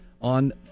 on